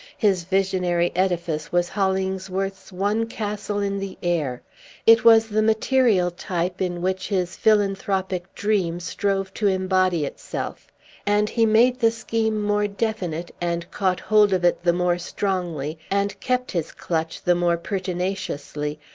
his visionary edifice was hollingsworth's one castle in the air it was the material type in which his philanthropic dream strove to embody itself and he made the scheme more definite, and caught hold of it the more strongly, and kept his clutch the more pertinaciously,